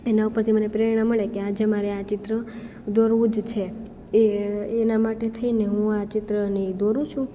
એના ઉપરથી મને પ્રેરણા મળે કે આજે મારે આ ચિત્ર દોરવું જ છે એ એના માટે થઈને હું આ ચિત્રને દોરું છું